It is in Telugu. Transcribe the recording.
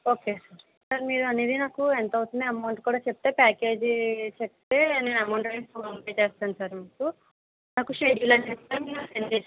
ఓకే సార్ సార్ మీరు అనేది నాకు ఎంతవుతుందో అమౌంట్ కూడా చెప్తే ప్యాకేజీ చెప్తే నేను అమౌంట్ అనేది ఫోన్పే చేస్తాను సార్ మీకు నాకు షెడ్యూల్ అనేది నాకు సెండ్